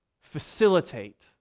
facilitate